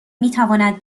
میتواند